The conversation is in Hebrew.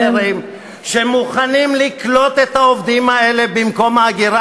כאלה ואחרים מוכנים לקלוט את העובדים האלה במקום את ההגירה